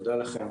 תודה לכם.